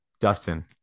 Dustin